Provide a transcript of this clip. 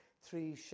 three